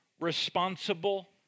responsible